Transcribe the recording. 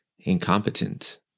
incompetent